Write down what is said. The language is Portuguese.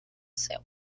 céu